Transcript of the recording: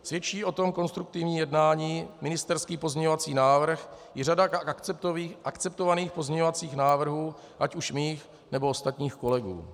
Svědčí o tom konstruktivní jednání, ministerský pozměňovací návrh i řada akceptovaných pozměňovacích návrhů ať už mých, nebo ostatních kolegů.